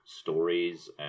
stories